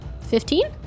Fifteen